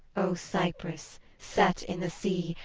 o cyprus, set in the sea,